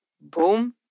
boom